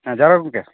ᱦᱮᱸ ᱡᱚᱦᱟᱨ ᱜᱮ ᱜᱚᱝᱠᱮ